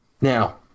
Now